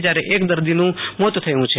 જયારે એક દર્દીનું મોત થયું છે